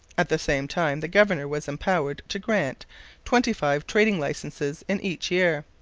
at the same time the governor was empowered to grant twenty-five trading licences in each year,